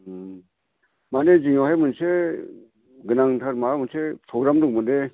माने जोंनियावहाय मोनसे गोनांथार माबा मोनसे प्रग्राम दंमोनलै